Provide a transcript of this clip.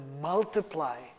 multiply